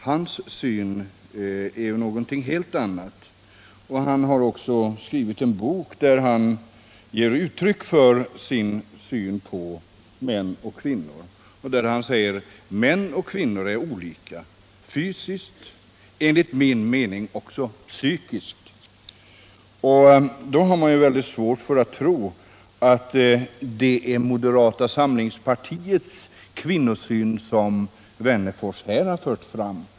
Dennes syn på män och kvinnor är en helt annan, och han har i en bok gett uttryck för den. Han säger där: Män och kvinnor är olika, fysiskt och enligt min mening också psykiskt. Man har därför svårt att tro att det är moderata samlingspartiets kvinnosyn som Wennerfors här har fört fram.